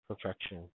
perfection